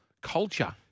culture